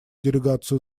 делегацию